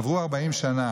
עברו 40 שנה,